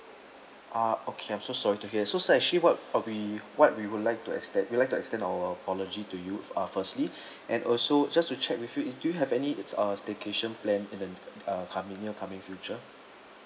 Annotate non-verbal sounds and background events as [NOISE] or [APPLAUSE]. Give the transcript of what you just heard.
ah okay I'm so sorry to hear so sir actually what uh we what we would like to extend we would like to extend our apology to you uh firstly [BREATH] and also just to check with you is do you have any it's uh staycation plan in the uh coming near coming future